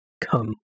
come